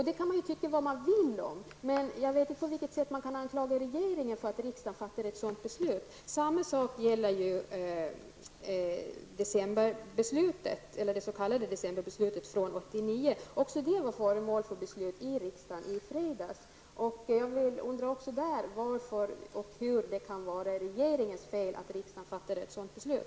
Det kan man tycka vad man vill om, men jag vet inte på vilket sätt man kan anklaga regeringen för att riksdagen fattar ett sådant beslut. Samma sak gäller det s.k. december-beslutet från 1989 som var föremål för beslut i riksdagen i fredags. Också när det gäller det beslutet undrar jag hur det kan vara regeringens fel att riksdagen fattar ett sådant beslut.